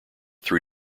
three